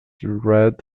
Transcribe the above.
read